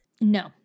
No